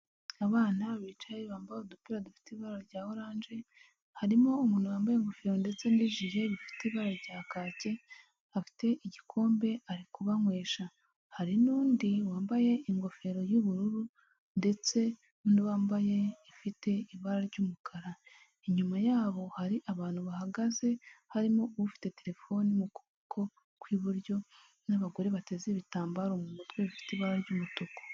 Abana bicaye bambaye udupira dufite ibara rya oranje harimo umuntu wambaye ingofero ndetse n'ijirire bifite ibara rya kake afite igikombe ari kubanywesha hari n'undi wambaye ingofero y'ubururu ndetse n'uwambaye ifite ibara ry'umukara inyuma yabo hari abantu bahagaze harimo ufite telefone mu kuboko kw'iburyo n'abagore bateze ibitambaro mu mutwe bifite ibara ry'umutuku.